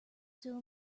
still